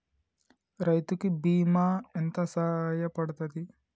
రైతు కి బీమా ఎంత సాయపడ్తది?